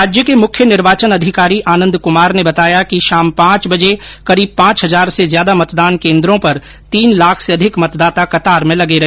राज्य के मुख्य निर्वाचन अधिकारी आनंद कुमार ने बताया कि शाम पांच बजे करीब पांच हजार से ज्यादा मतदान केंद्रों पर तीन लाख से अधिक मतदाता कतार में लगे रहे